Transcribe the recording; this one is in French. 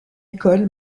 école